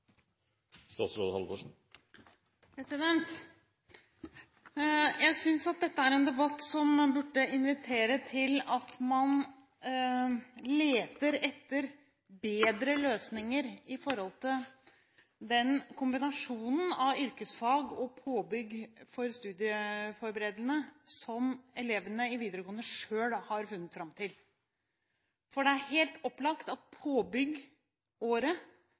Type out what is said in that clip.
Jeg synes dette er en debatt som burde invitere til at man leter etter bedre løsninger på den kombinasjonen av yrkesfag og påbygg for studieforberedende som elevene i videregående selv har funnet fram til. Det er helt opplagt at